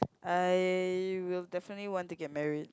I will definitely want to get married